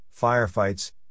firefights